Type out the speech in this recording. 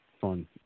Fun